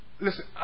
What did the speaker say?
Listen